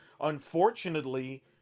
unfortunately –